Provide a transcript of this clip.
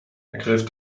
ergriff